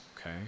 okay